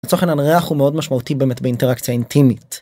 לצורך העניין ריח הוא מאוד משמעותי באמת באינטראקציה אינטימית.